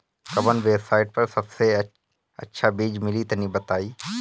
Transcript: कवन वेबसाइट पर सबसे अच्छा बीज मिली तनि बताई?